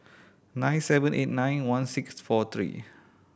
nine seven eight nine one six four three